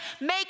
make